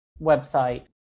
website